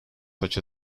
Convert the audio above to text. such